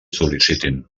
sol·licitin